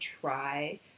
try